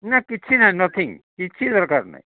ନ କିଛି ନାହିଁ ନଥିଙ୍ଗ କିଛି ଦରକାର ନାହିଁ